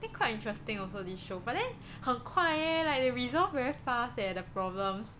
I think quite interesting also this show but then 很快 leh like the resolve very fast leh the problems